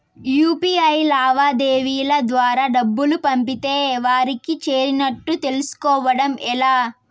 UPI లావాదేవీల ద్వారా డబ్బులు పంపితే వారికి చేరినట్టు తెలుస్కోవడం ఎలా?